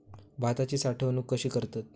भाताची साठवूनक कशी करतत?